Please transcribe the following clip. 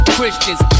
Christians